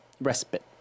respite